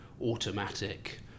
automatic